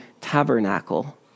tabernacle